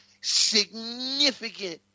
significant